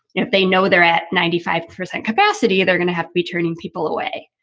you know they know they're at ninety five percent capacity. they're going to have to be turning people away.